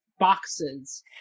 boxes